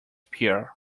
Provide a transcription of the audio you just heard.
pure